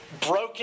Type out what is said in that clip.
broken